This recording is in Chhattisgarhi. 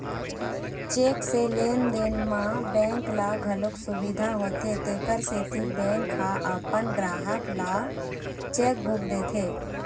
चेक से लेन देन म बेंक ल घलोक सुबिधा होथे तेखर सेती बेंक ह अपन गराहक ल चेकबूक देथे